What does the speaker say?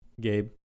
Gabe